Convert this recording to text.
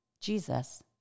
Jesus